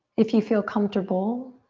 if you feel comfortable,